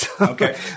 okay